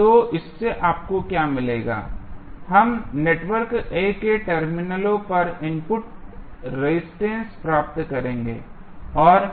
तो इससे आपको क्या मिलेगा हम नेटवर्क A के टर्मिनलों पर इनपुट रेजिस्टेंस प्राप्त करेंगे